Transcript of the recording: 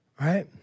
right